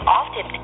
often